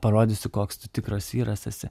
parodysi koks tu tikras vyras esi